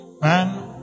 Man